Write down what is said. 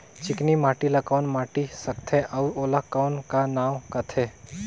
चिकनी माटी ला कौन माटी सकथे अउ ओला कौन का नाव काथे?